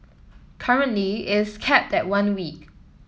currently it is capped at one week